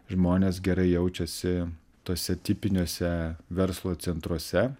žmonės gerai jaučiasi tuose tipiniuose verslo centruose